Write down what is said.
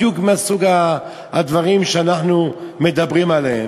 בדיוק מסוג הדברים שאנחנו מדברים עליהם,